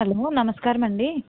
hello నమస్కారం అండి